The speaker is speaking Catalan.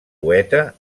poeta